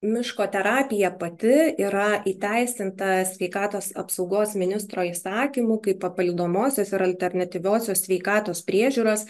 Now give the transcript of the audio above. miško terapija pati yra įteisinta sveikatos apsaugos ministro įsakymu kaip papalydomosios ir alternatyviosios sveikatos priežiūros